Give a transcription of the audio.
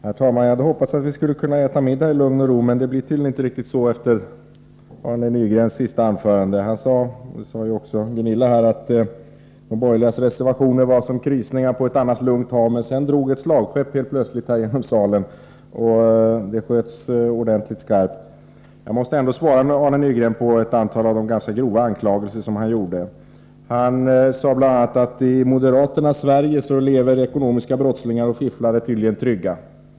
Herr talman! Jag hade hoppats att vi skulle kunna äta middag i lugn och ro, men det blir tydligen inte riktigt så efter Arne Nygrens senaste anförande. Han sade, och det berördes också av Gunilla André, att de borgerligas reservationer var som krusningar på en annars lugn yta, men plötsligt drog ett slagskepp fram över havet och det sköts ordentligt skarpt. Jag måste svara Arne Nygren på ett antal av de ganska grova anklagelser som han gjorde. Han sade bl.a. att i moderaternas Sverige lever ekonomiska brottslingar och fifflare tydligen trygga.